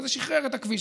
וזה שחרר את הכביש.